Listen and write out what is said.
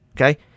Okay